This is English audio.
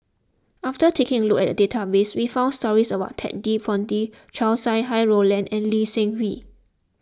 after taking a look at the database we found stories about Ted De Ponti Chow Sau Hai Roland and Lee Seng Wee